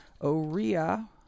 OREA